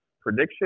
prediction